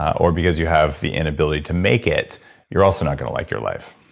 or because you have the inability to make it, you're also not going to like your life